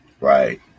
right